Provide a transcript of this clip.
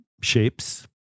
shapes